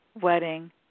wedding